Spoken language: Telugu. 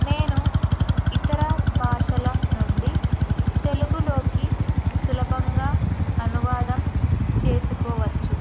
నేను ఇతర భాషల నుండి తెలుగులోకి సులభంగా అనువాదం చేసుకోవచ్చు